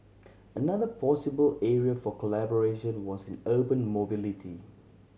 another possible area for collaboration was in urban mobility